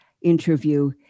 interview